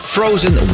Frozen